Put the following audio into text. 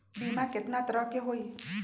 बीमा केतना तरह के होइ?